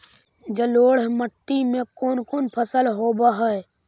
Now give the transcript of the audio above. जलोढ़ मट्टी में कोन कोन फसल होब है?